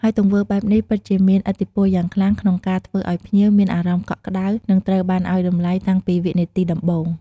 ហើយទង្វើបែបនេះពិតជាមានឥទ្ធិពលយ៉ាងខ្លាំងក្នុងការធ្វើឲ្យភ្ញៀវមានអារម្មណ៍កក់ក្ដៅ និងត្រូវបានឲ្យតម្លៃតាំងពីវិនាទីដំបូង។